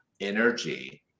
energy